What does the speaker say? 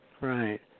right